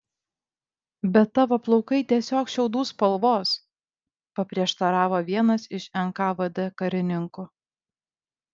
bet tavo plaukai tiesiog šiaudų spalvos paprieštaravo vienas iš nkvd karininkų